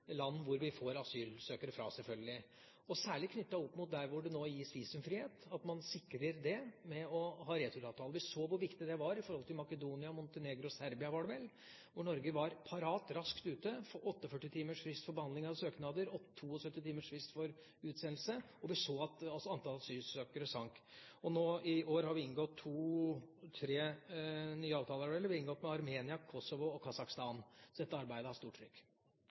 land som vi får asylsøkere fra, selvfølgelig – særlig da knyttet opp mot der hvor det nå gis visumfrihet, må man sikre det ved å ha returavtale. Vi så hvor viktig det var i forhold til Makedonia, Montenegro og Serbia – var det vel – hvor Norge var parat, raskt ute med 48-timersfrist for behandling av søknader og 72-timersfrist for utsendelse. Vi så at antall asylsøkere sank. Nå i år har vi inngått to–tre – er det vel – nye avtaler med Armenia, Kosovo og Kasakhstan, så dette arbeidet har stort trykk.